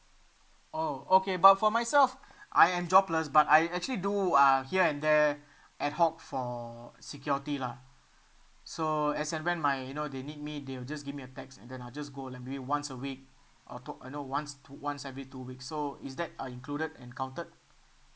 oh okay but for myself I am jobless but I actually do uh here and there ad hoc for security lah so as and when my you know they need me they'll just give me a text then I'll just go like maybe once a week or to~ uh no once two once every two weeks so is that uh included and counted